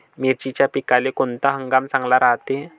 मिर्चीच्या पिकाले कोनता हंगाम चांगला रायते?